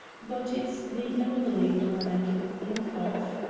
but it's the only plan i could think of.